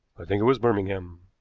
i think it was birmingham,